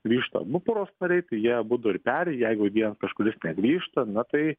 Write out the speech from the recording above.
grįžta abu poros nariai tai jie abubu ir peri jeigu vien kažkuris negrįžta na tai